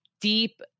deep